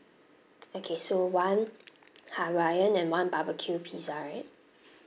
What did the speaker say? okay so one hawaiian and one barbecue pizza right